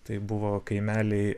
tai buvo kaimeliai